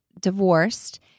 divorced